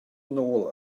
nôl